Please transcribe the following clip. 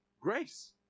Grace